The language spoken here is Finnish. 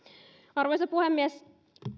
arvoisa puhemies